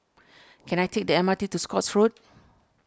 can I take the M R T to Scotts Road